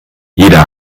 jeder